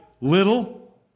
little